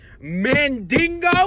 mandingo